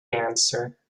answer